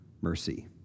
mercy